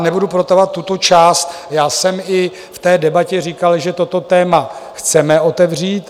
Nebudu protahovat tuto část, já jsem i v té debatě říkal, že toto téma chceme otevřít.